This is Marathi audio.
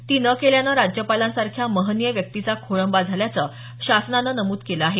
ती न केल्यानं राज्यपालांसारख्या महनीय व्यक्तीचा खोळंबा झाल्याचं शासनानं नमूद केलं आहे